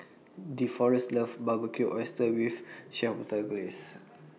Deforest loves Barbecued Oysters with Chipotle Glaze